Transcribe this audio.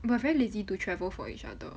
we're very lazy to travel for each other